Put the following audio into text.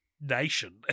nation